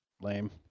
Lame